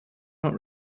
not